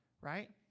right